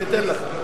ניתן לך.